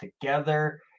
together